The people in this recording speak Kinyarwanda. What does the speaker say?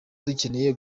dukeneye